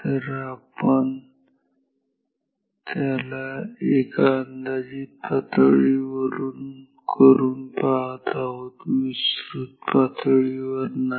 तर आपण त्याला एका अंदाजित पातळी वरून पाहत आहोत विस्तृत पातळीवर नाही